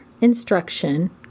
instruction